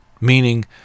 meaning